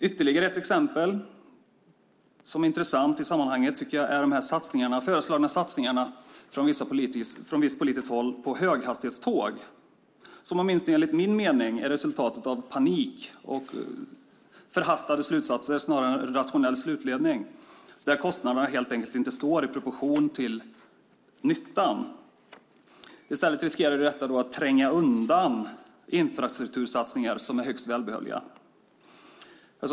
Ytterligare ett exempel som är intressant i sammanhanget är de föreslagna satsningar från visst politiskt håll på höghastighetståg som åtminstone enligt min mening är resultatet av panik och förhastade slutsatser snarare än rationell slutledning. Kostnaderna står helt enkelt inte i proportion till nyttan. I stället riskerar detta att tränga undan infrastruktursatsningar som är välbehövliga.